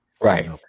Right